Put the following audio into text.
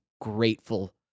grateful